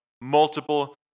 multiple